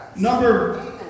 number